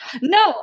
No